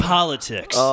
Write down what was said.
Politics